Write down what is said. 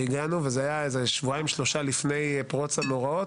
והגענו וזה היה איזה שבועיים-שלושה לפני פרוץ המאורעות.